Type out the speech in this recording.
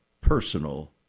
personal